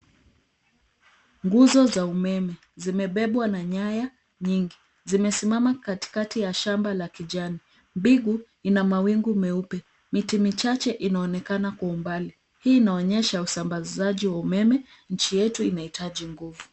Nguzo za umeme zimebebwa na nyaya nyingi. Zimesimama katikati ya shamba la kijani. Mbingu ni ya mawingu meupe. Miti michache inaonekana kwa umbali. Hii inaonyesha usambazaji wa umeme. Nchi yetu inahitaji nguvu.